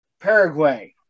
Paraguay